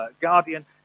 guardian